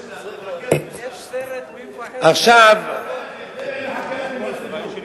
נסים, יש שאלה אם שמעת משהו